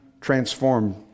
transformed